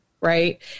Right